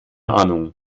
ahnung